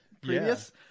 previous –